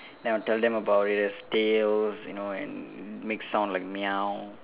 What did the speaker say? then I'll tell them about it has tails you know and make sound like meow